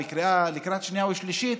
לקראת קריאה שנייה ושלישית,